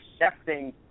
accepting